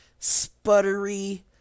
sputtery